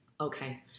Okay